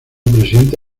presidente